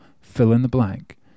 fill-in-the-blank